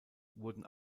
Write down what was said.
wurden